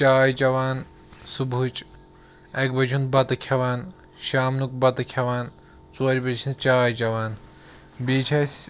چاے چٮ۪وان صُبحٕچ اَکہِ بَجہِ ہُنٛد بَتہٕ کھٮ۪وان شامنُک بَتہٕ کھٮ۪وان ژورِ بَجہِ ہٕنٛز چاے چٮ۪وان بیٚیہِ چھِ اَسہِ